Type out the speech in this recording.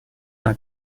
una